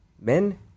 Men